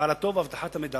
הפעלתו ואבטחת המידע